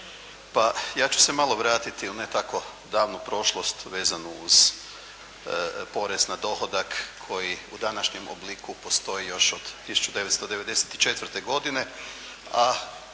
ja ću se malo vratiti u ne tako davnu prošlost vezanu uz porezu na dohodak koji u današnjem obliku postoji još od 1994. godine,